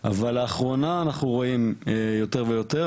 אבל לאחרונה אנחנו רואים יותר ויותר.